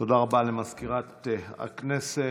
תודה רבה למזכירת הכנסת.